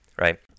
Right